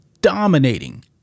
dominating